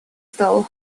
stole